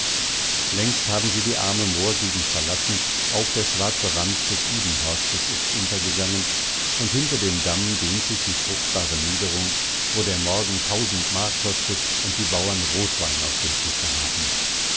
längst haben sie die arme moorgegend verlassen auch der schwarze rand des ibenhorstes ist untergesunken und hinter dem damm dehnt sich die fruchtbare niederung wo der morgen tausend mark kostet und die bauern rotwein auf dem tische haben